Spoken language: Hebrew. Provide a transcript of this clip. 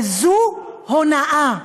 וזו הונאה.